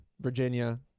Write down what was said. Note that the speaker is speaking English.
Virginia